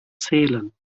zählen